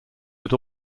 had